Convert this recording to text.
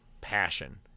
passion